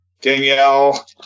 Danielle